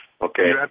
okay